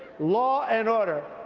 law and order,